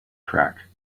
track